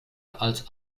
als